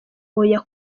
oya